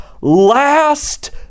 last